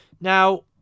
Now